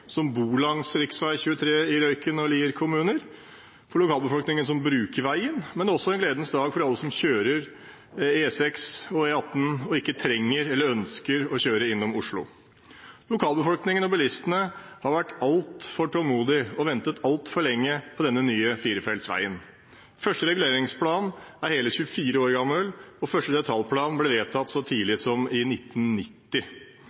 som bor langs rv. 23 i Røyken og Lier kommuner, for lokalbefolkningen som bruker veien, men også en gledens dag for alle som kjører E6 og E18 og ikke trenger eller ønsker å kjøre innom Oslo. Lokalbefolkningen og bilistene har vært altfor tålmodige og ventet altfor lenge på denne nye firefelts veien. Den første reguleringsplanen er hele 24 år gammel, og den første detaljplanen ble vedtatt så tidlig som i 1990.